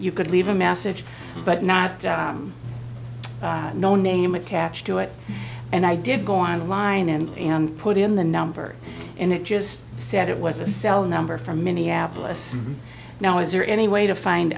you could leave a message but not no name attached to it and i did go online and put in the number and it just said it was a cell number from minneapolis now is there any way to find